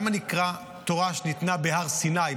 למה נקראה תורה שניתנה בהר סיני?